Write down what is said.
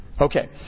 Okay